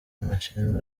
umushinga